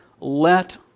let